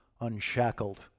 unshackled